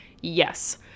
Yes